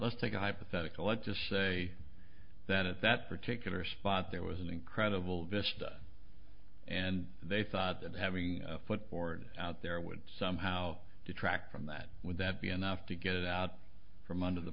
let's take a hypothetical let's just say that at that particular spot there was an incredible vista and they thought that having footboard out there would somehow detract from that would that be enough to get out from under the